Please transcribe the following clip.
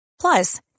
Plus